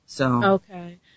Okay